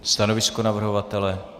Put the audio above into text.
Stanovisko navrhovatele?